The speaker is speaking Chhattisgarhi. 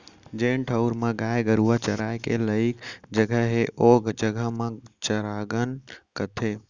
जेन ठउर म गाय गरूवा चराय के लइक जघा हे ओ जघा ल चरागन कथें